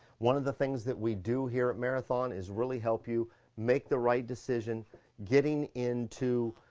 one of the things that we do here at marathon is really help you make the right decision getting into